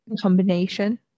combination